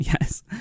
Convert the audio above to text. Yes